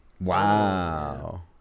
Wow